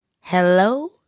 Hello